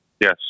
Yes